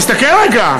תסתכל רגע,